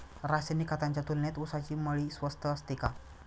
रासायनिक खतांच्या तुलनेत ऊसाची मळी स्वस्त असते का?